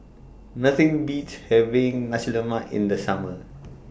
Nothing Beats having Nasi Lemak in The Summer